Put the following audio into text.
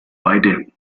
weide